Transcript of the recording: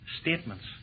statements